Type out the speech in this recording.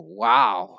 wow